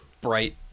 bright